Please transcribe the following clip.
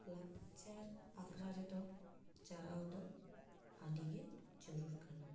ᱞᱟᱠᱪᱟᱨ ᱟᱠᱷᱲᱟ ᱨᱮᱫᱚ ᱪᱟᱞᱟᱣ ᱫᱚ ᱟᱹᱰᱤ ᱡᱟᱹᱨᱩᱲ ᱠᱟᱱᱟ